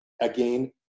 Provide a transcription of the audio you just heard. again